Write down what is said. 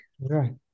right